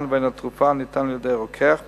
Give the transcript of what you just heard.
ובין התרופה הניתן על-ידי רוקח מקצועי,